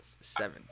Seven